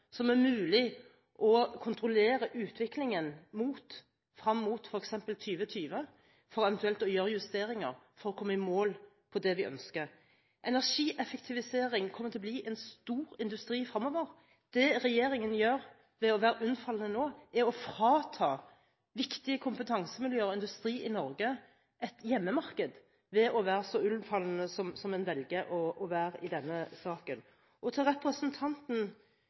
som er mulig å etterprøve, som er mulig å kontrollere utviklingen av fram mot f.eks. 2020, for eventuelt å gjøre justeringer for å komme i mål på det vi ønsker. Energieffektivisering kommer til å bli en stor industri fremover. Det regjeringen gjør ved å være så unnfallende som den velger å være i denne saken, er å frata viktige kompetansemiljøer, industri i Norge, et hjemmemarked. Til representanten